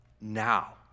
now